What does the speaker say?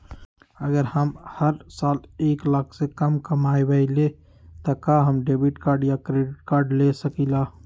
अगर हम हर साल एक लाख से कम कमावईले त का हम डेबिट कार्ड या क्रेडिट कार्ड ले सकीला?